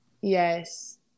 Yes